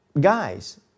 guys